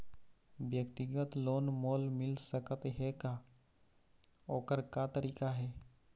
व्यक्तिगत लोन मोल मिल सकत हे का, ओकर का तरीका हे?